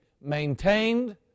maintained